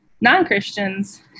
non-Christians